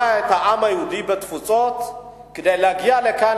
את העם היהודי בתפוצות להגיע לכאן,